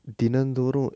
தினந்தோறு:thinanthoru